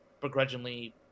begrudgingly